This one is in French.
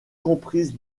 comprise